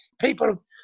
people